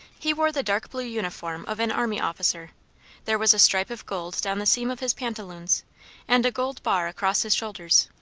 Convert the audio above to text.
he wore the dark-blue uniform of an army officer there was a stripe of gold down the seam of his pantaloons and a gold bar across his shoulders,